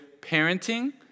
parenting